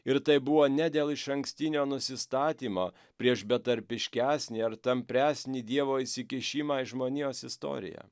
ir tai buvo ne dėl išankstinio nusistatymo prieš betarpiškesnį ar tampresnį dievo įsikišimą į žmonijos istoriją